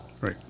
Right